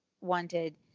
wanted